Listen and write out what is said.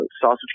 sausage